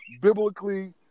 biblically